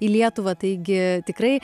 į lietuvą taigi tikrai